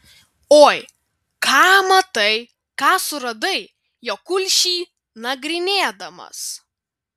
oi ką matai ką suradai jo kulšį nagrinėdamas